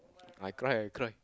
I cry and cry